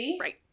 right